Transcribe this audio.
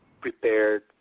prepared